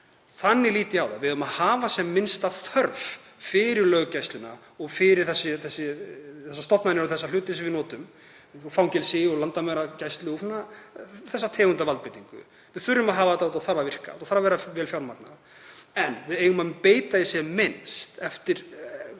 Þannig lít ég á það. Við eigum að hafa sem minnsta þörf fyrir löggæsluna og fyrir þessar stofnanir og þá hluti sem við notum, eins og fangelsi og landamæragæslu og þá tegund af valdbeitingu. Við þurfum að hafa þetta, þetta þarf að virka, og þetta þarf að vera vel fjármagnað, en við eigum að beita því sem minnst eftir